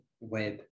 web